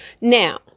Now